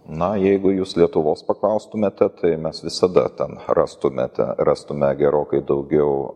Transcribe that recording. na jeigu jūs lietuvos paklaustumėte tai mes visada ten rastumėte rastume gerokai daugiau